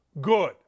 Good